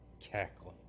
cackling